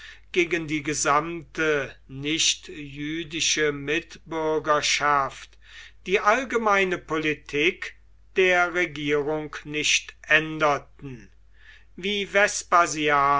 gegen die gesamte nicht jüdische mitbürgerschaft die allgemeine politik der regierung nicht änderten wie